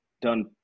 done